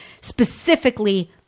specifically